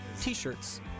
t-shirts